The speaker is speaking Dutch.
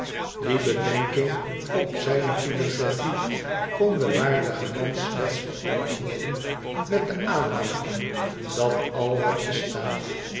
die bedenking op zijne philosophie kon de waardige man slechts beantwoorden met de aanmerking dat al wat bestaat